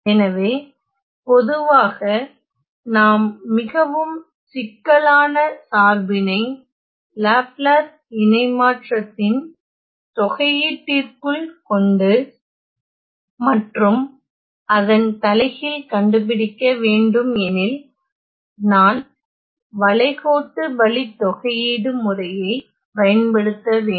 எனவே பொதுவாக நாம் மிகவும் சிக்கலான சார்பினை லாப்லாஸ் இணைமாற்றத்தின் தொகையீட்டிற்குள் கொண்டு மற்றும் அதன் தலைகீழ் கண்டுபிடிக்க வேண்டும் எனில் நான் வளைகோட்டு வழித்தொகையீடு முறையைப் பயன்படுத்த வேண்டும்